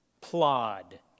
Plod